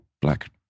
Black